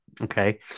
Okay